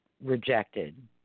rejected